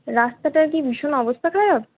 রাস্তাটার কি ভীষণ অবস্থা খারাপ